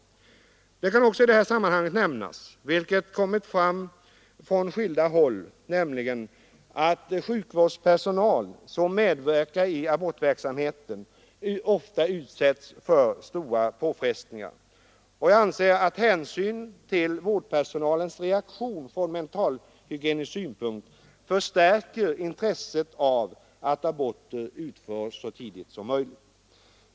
Det kan också i detta sammanhang nämnas, vilket kommit fram från skilda håll, att den sjukvårdspersonal som medverkar i abortverksamheten ofta utsätts för svåra påfrestningar. Och jag anser att hänsynen till vårdpersonalens reaktion från mentalhygienisk synpunkt förstärker intresset av att aborter utförs så tidigt som möjligt.